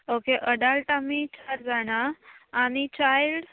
okay adult आमी चार जाणां आनी चायल्ड